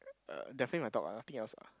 uh definitely my dog ah nothing else ah